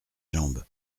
jambes